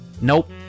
Nope